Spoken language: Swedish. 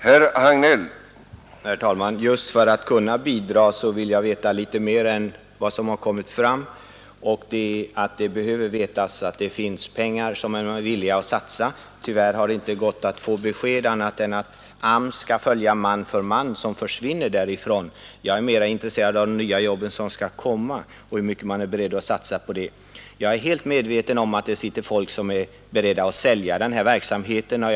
Herr talman! Just för att kunna bidra, vill jag veta litet mer än vad som har kommit fram. Jag behöver veta att det finns pengar, som man är villig att satsa. Tyvärr har det inte gått att få annat besked än att AMS skall följa dem som försvinner härifrån ”man för man”. Jag är mera intresserad av de nya jobben som behöver komma och hur mycket man är beredd att satsa på dem. Jag är helt medveten om att det sitter folk som sysslar med att sälja den hittillsvarande verksamheten.